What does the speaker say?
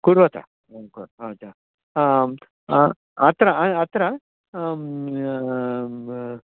कुर्वन्त अ आम् अत्र अत्र